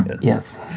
Yes